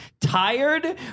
tired